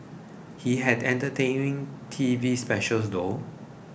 he had entertaining T V specials though